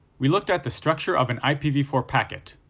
we looked at the structure of an i p v four packet,